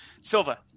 Silva